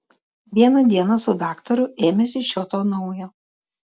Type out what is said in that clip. vieną dieną su daktaru ėmėsi šio to naujo